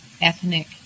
ethnic